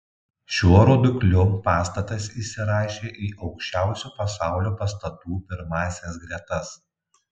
šiuo rodikliu pastatas įsirašė į aukščiausių pasaulio pastatų pirmąsias gretas